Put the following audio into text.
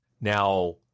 Now